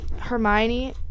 Hermione